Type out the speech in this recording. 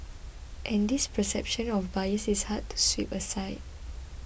and this perception of bias is hard to sweep aside